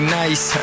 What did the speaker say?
nice